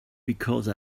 because